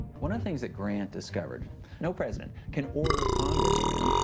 one of the things that grant discovered no president can order congress around.